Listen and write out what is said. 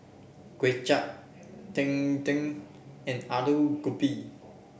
Kuay Chap Cheng Tng and Aloo Gobi